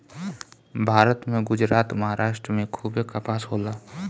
भारत में गुजरात, महाराष्ट्र में खूबे कपास होला